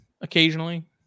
occasionally